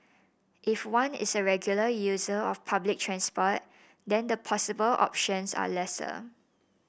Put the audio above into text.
if one is a regular user of public transport then the possible options are lesser